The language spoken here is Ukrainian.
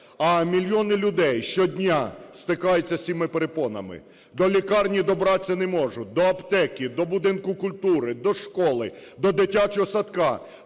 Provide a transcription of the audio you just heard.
А мільйони людей щодня стикаються з цими перепонами: до лікарні добратися не можуть, до аптеки, до будинку культури, до школи, до дитячого садка,